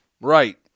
Right